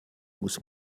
muss